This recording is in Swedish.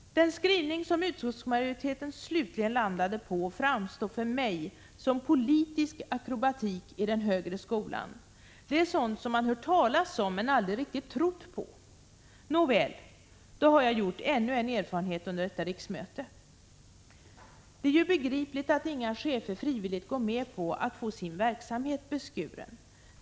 Den skrivning som utskottsmajoriteten slutligen landade på framstår för mig som politisk akrobatik i den högre skolan. Det är sådant man hört talas om men aldrig riktigt trott på. Nåväl, då har jag gjort ännu en erfarenhet under detta riksmöte. Det är begripligt att inga chefer frivilligt går med på att få sin verksamhet beskuren.